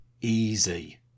easy